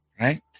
Right